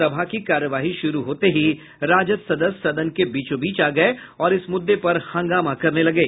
सभा की कार्यवाही शुरू होते ही राजद सदस्य सदन के बीचोबीच आ गये और इस मुद्दे पर हंगामा करने लगे